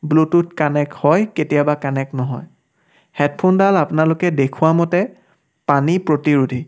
Bluetooth connect হয় কেতিয়াবা connect নহয় হেডফোনডাল আপোনালোকে দেখোৱামতে পানী প্ৰতিৰোধী